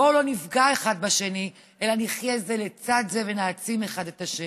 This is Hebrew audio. בואו לא נפגע אחד בשני אלא נחיה זה לצד זה ונעצים אחד את השני.